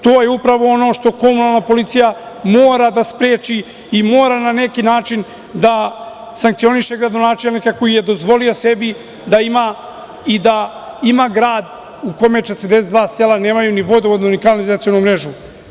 To je upravo ono što komunalan policija mora da spreči i mora na neki način da sankcioniše gradonačelnika koji je dozvolio sebi da ima grad u kome 42 sela nemaju ni vodovodnu ni kanalizacionu mrežu.